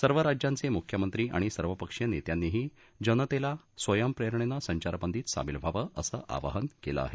सर्व राज्यांचे मुख्यमंत्री आणि सर्वपक्षीय नेत्यांनीही जनतेला स्वयंप्रेरणेनं संचारबंदीत सामील व्हावं असं आवाहन केलं आहे